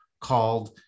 called